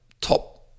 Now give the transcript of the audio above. top